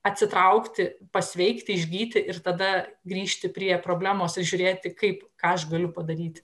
atsitraukti pasveikti išgyti ir tada grįžti prie problemos žiūrėti kaip ką aš galiu padaryti